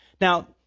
Now